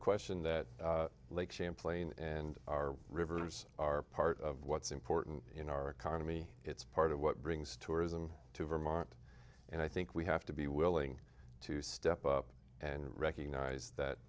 question that lake champlain and our rivers are part of what's important in our economy it's part of what brings tourism to vermont and i think we have to be willing to step up and recognize that